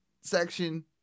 section